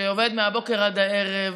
שעובד מהבוקר עד הערב,